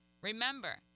Remember